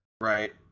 right